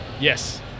Yes